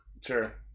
sure